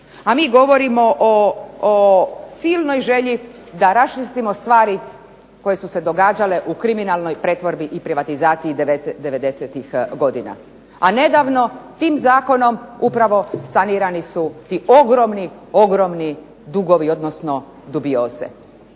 A mi govorimo o silnoj želji da raščistimo stvari koje su se događale u kriminalnoj pretvorbi i privatizaciji '90-ih godina. A nedavno tim zakonom upravo sanirani su ti ogromni, ogromni dugovi, odnosno dubioze.